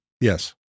Yes